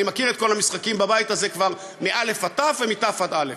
אני כבר מכיר את כל המשחקים בבית הזה מא' ועד ת' ומת' עד א',